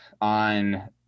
on